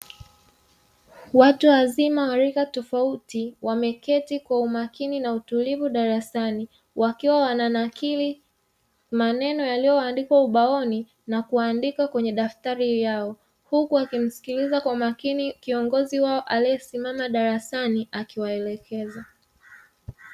Watu wazima wa rika tofauti, wameketi kwa umakini na utulivu darasani, wakiwa wananakili maneno yaliyoandikwa ubaoni na kuandika kwenye daftari zao, huku wakimsikiliza kwa makini kiongozi wao aliyesimama darasani akiwaelekeza.